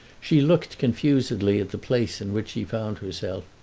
she looked confusedly at the place in which she found herself,